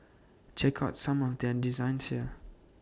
check out some of their designs here